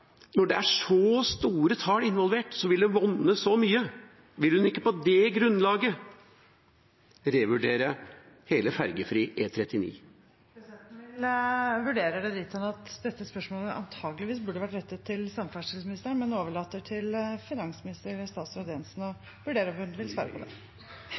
Når det er så store tall involvert, vil det monne så mye, og vil hun ikke på det grunnlaget revurdere hele ferjefri E39? Presidenten vil vurdere det dit hen at dette spørsmålet antageligvis burde ha vært rettet til samferdselsministeren, men overlater til finansministeren, statsråd Jensen, å vurdere om hun vil svare. Det